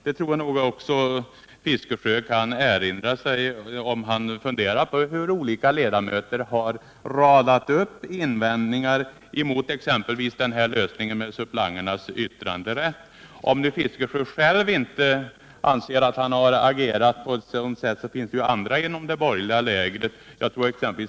Det tror jag att också Bertil Fiskesjö kan erinra sig, om han funderar på hur olika ledamöter har radat upp invändningar, exempelvis mot förslaget om yttranderätt för suppleanterna. Om nu Bertil Fiskesjö själv inte anser att han har agerat på ett sådant sätt, så finns det ju andra inom det borgerliga lägret.